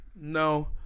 no